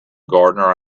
gardener